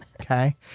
Okay